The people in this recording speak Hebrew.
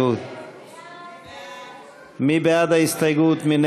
מי נגד ההסתייגות?